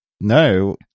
No